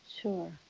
Sure